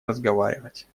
разговаривать